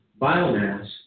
Biomass